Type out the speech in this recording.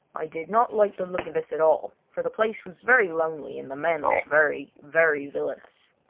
i did not like the look of this at all, for the place was very lonely, and the men looked very, very villainous.